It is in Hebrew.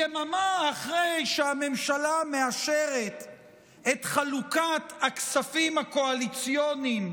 יממה אחרי שהממשלה מאשרת את חלוקת הכספים הקואליציוניים